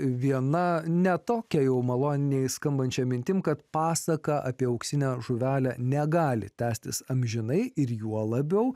viena ne tokia jau maloniai skambančia mintim kad pasaka apie auksinę žuvelę negali tęstis amžinai ir juo labiau